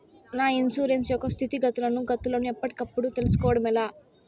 నా ఇన్సూరెన్సు యొక్క స్థితిగతులను గతులను ఎప్పటికప్పుడు కప్పుడు తెలుస్కోవడం ఎలా?